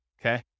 Okay